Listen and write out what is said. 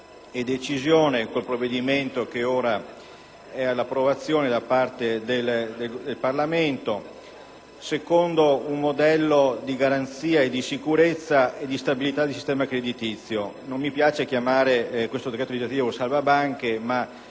e decisione con il provvedimento che ora è all'approvazione da parte del Parlamento, secondo un modello di garanzia, di sicurezza e di stabilità del sistema creditizio; non mi piace chiamare questo decreto legislativo salva banche, ma